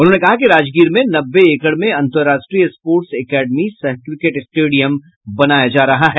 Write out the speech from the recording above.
उन्होंने कहा कि राजगीर में नब्बे एकड़ में अंतर्राष्ट्रीय स्पोर्ट्स एकेडमी सह क्रिकेट स्टेडियम बन रहा है